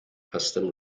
custom